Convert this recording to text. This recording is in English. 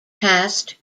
passed